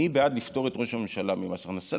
אני בעד לפטור את ראש הממשלה ממס הכנסה.